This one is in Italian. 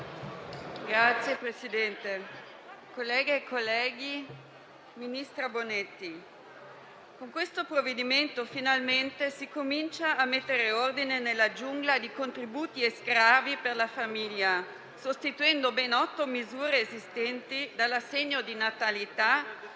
ministra Bonetti, colleghe e colleghi, con questo provvedimento finalmente si comincia a mettere ordine nella giungla di contributi e sgravi per la famiglia sostituendo ben otto misure esistenti, dall'assegno di natalità